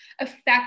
affect